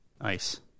Nice